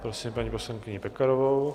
Prosím paní poslankyni Pekarovou.